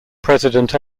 president